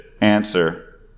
answer